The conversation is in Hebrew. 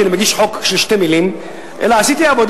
הפופוליזם: תפקידי כשר להגנת הסביבה זה